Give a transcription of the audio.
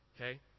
Okay